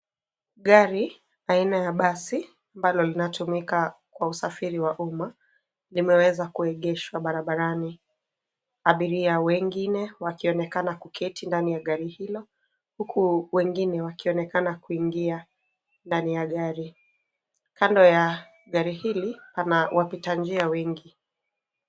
Gari aina ya basi ambalo linatumika kwa usafiri wa umma limeweza kuegeshwa barabarani. Abiria wengine wakionekana kuketi ndani ya gari hilo, huku wengine wakionekana kuingia ndani ya gari. Kando ya gari hili pana wapita njia wengi.